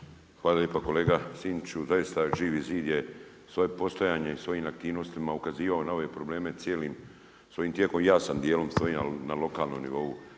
Hvala lijepa. Kolega Sinčiću, zaista Živi zid je svoje postojanje i svojim aktivnostima ukazivao na ove probleme cijelim svojim tijekom. Ja sam djelom svojim, a li na lokalnom nivou,